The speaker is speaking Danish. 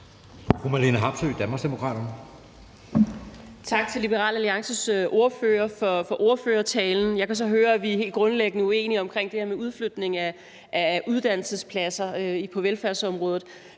Tak til Liberal Alliances ordfører for ordførertalen. Jeg kan så høre, at vi helt grundlæggende er uenige om det her med udflytningen af uddannelsespladser på velfærdsområdet.